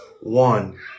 One